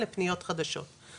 התקציב הכללי של הסעיף הכללי,